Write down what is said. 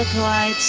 why